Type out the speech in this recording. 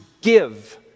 give